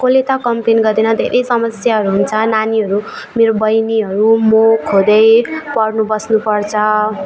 कोहीले त कम्प्लेन गर्दैन धेरै समस्याहरू हुन्छ नानीहरू मेरो बैनीहरू म खुदै पढ्नु बस्नुपर्छ